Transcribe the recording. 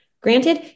Granted